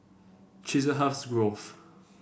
Chiselhurst Grove